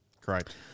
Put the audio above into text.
Correct